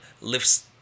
lifts